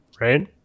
right